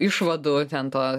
išvadų ten to